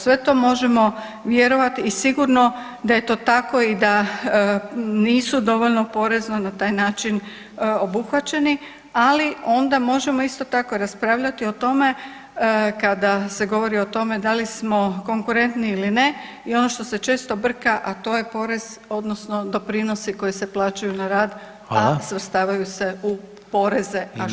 Sve to možemo vjerovat i sigurno da je to tako i da nisu dovoljno porezno na taj način obuhvaćeni ali onda možemo isto tako raspravljati o tome kada se govori o tome da li smo konkurentni ili ne i ono što se često brka a to je porez odnosno doprinosi koji se plaćaju na rad [[Upadica Reiner: Hvala.]] a svrstavaju se u poreze a što zapravo nisu.